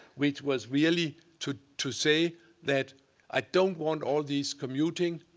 which was really to to say that i don't want all these commuting.